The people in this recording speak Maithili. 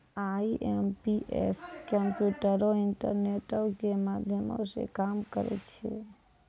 आई.एम.पी.एस कम्प्यूटरो, इंटरनेटो के माध्यमो से काम करै छै